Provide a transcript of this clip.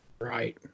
Right